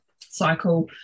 cycle